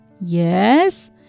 Yes